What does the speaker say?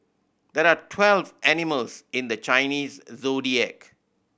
there are twelfth animals in the Chinese Zodiac